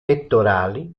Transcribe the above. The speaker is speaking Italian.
pettorali